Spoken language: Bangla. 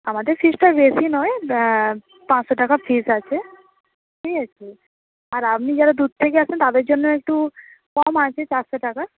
আমাদের ফিজটা বেশি নয় পাঁচশো টাকা ফিজ আছে ঠিক আছে আর আপনি যারা দূর থেকে আসেন তাদের জন্য একটু কম আছে চারশো টাকা